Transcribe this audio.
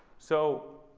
so,